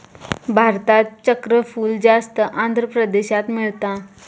भारतात चक्रफूल जास्त आंध्र प्रदेशात मिळता